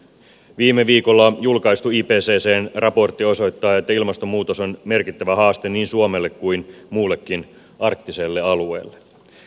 viime viikolla julkaistu ipccn raportti osoittaa että ilmastonmuutos on merkittävä haaste niin suomelle kuin muullekin arktiselle alueelle